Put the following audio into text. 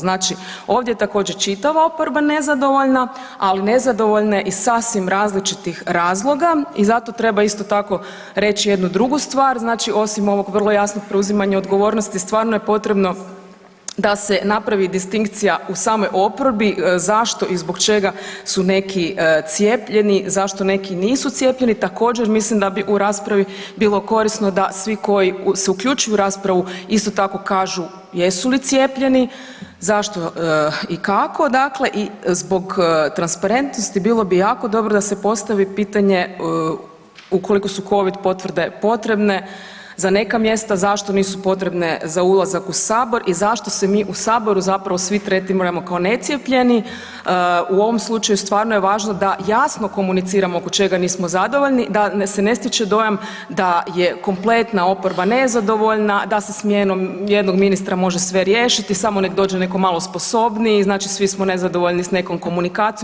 Znači, ovdje je također čitava oporba nezadovoljna ali nezadovoljna je iz sasvim različitih razloga i zato treba isto tako reći jednu drugu stvar, znači ovog vrlo jasnog preuzimanja odgovornosti, stvarno je potrebno da se napravi distinkcija u samoj oporbi, zašto i zbog čega su neki cijepljeni, zašto neki nisu cijepljeni, također mislim da bi u raspravi bilo korisno da svi koji se uključuju u raspravu, isto tako kažu jesu li cijepljeni, zašto i kako dakle i zbog transparentnosti, bilo bi jako dobro da se postavi pitanje ukoliko su COVID potvrde potrebne za neka mjesta, zašto nisu potrebne za ulazak u Sabor i zašto se mi u Saboru zapravo svi tretiramo kao necijepljeni, u ovom slučaju stvarno je važno da jasno komuniciramo oko čega nismo zadovoljni, da se ne stiče dojam da je kompletna oporba nezadovoljna, da se smjenom jednog ministra može sve riješiti, samo nek dođe neko malo sposobniji, znači svi smo nezadovoljni s nekom komunikacijom.